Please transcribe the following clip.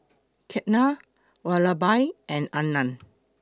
Ketna Vallabhbhai and Anand